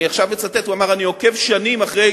אני עכשיו מצטט, הוא אמר: אני עוקב שנים אחרי